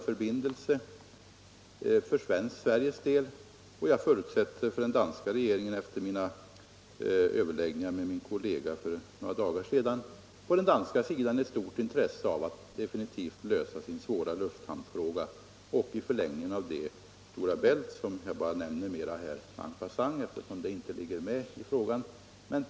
För Sveriges del är HH-tunneln och KM-förbindelsen av stort intresse. För den danska regeringen förutsätter jag efter mina överläggningar för några dagar sedan med min danske kollega att intresset är stort för att definitivt lösa den svåra lufthamnsfrågan och i förlängningen därav Stora Bält-frågan — som jag bara nämner en passant, eftersom den frågan inte ligger med i avtalet.